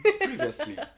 Previously